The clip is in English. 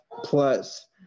plus